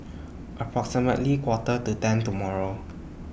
approximately Quarter to ten tomorrow